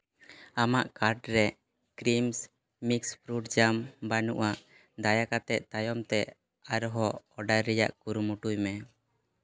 ᱟᱢᱟᱜ ᱠᱟᱨᱴ ᱨᱮ cream mix fruit jam ᱵᱟᱹᱱᱩᱜᱼᱟ ᱫᱟᱭᱟ ᱠᱟᱛᱮᱫ ᱛᱟᱭᱚᱢ ᱨᱮ ᱟᱨᱦᱚᱸ ᱚᱰᱟᱨ ᱨᱮᱭᱟᱜ ᱠᱩᱨᱩᱢᱩᱴᱩᱭ ᱢᱮ